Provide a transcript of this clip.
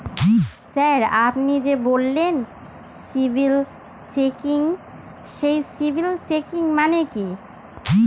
Sir আপনি যে বললেন সিবিল চেকিং সেই সিবিল চেকিং মানে কি?